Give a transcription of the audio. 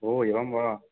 एवं वा